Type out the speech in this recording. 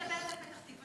אני מדברת על פתח-תקווה,